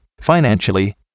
financially